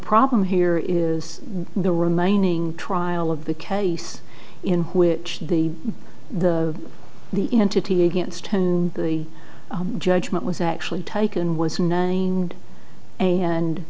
problem here is the remaining trial of the case in which the the the entity against whom the judgment was actually taken was named and